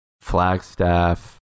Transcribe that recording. Flagstaff